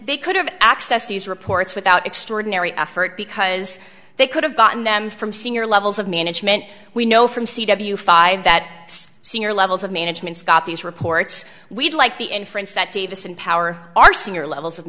they could have access these reports without extraordinary effort because they could have gotten them from senior levels of management we know from c w five that senior levels of management scott these reports we'd like the inference that davis in power are senior levels of